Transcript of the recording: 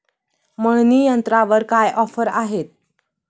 मळणी यंत्रावर काय ऑफर आहे?